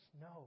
No